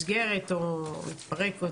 ונסגרת או מתפרקת.